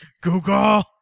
Google